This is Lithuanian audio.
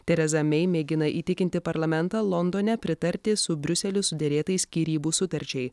tereza mei mėgina įtikinti parlamentą londone pritarti su briuseliu suderėtai skyrybų sutarčiai